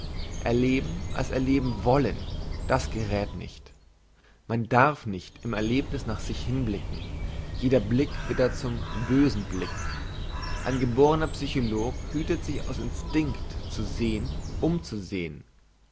erleben als erleben wollen das geräth nicht man darf nicht im erlebniss nach sich hinblicken jeder blick wird da zum bösen blick ein geborner psycholog hütet sich aus instinkt zu sehn um